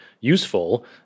useful